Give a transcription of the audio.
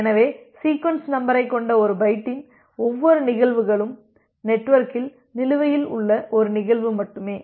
எனவே சீக்வென்ஸ் நம்பரைக் கொண்ட ஒரு பைட்டின் ஒவ்வொரு நிகழ்வுகளும் நெட்வொர்க்கில் நிலுவையில் உள்ள ஒரு நிகழ்வு மட்டுமே